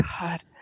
God